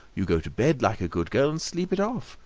you go to bed like a good girl and sleep it off.